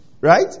right